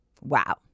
Wow